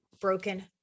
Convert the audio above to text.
broken